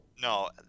No